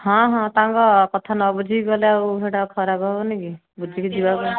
ହଁ ହଁ ତାଙ୍କ କଥା ନ ବୁଝିକି ଗଲେ ଆଉ ସେହିଟା ଖରାପ ହେବନି କି ବୁଝିକି ଯିବା